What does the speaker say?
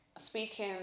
speaking